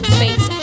face